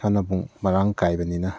ꯁꯥꯟꯅꯕꯨꯡ ꯃꯔꯥꯡ ꯀꯥꯏꯕꯅꯤꯅ